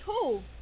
cool